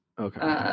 Okay